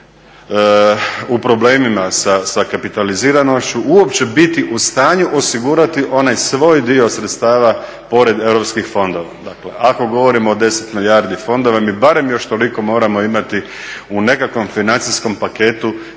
u problemima sa kapitaliziranošću uopće biti u stanju osigurati onaj svoj dio sredstava pored europskih fondova. dakle ako govorimo o 10 milijardi fondova mi barem još toliko moramo imati u nekakvom financijskom paketu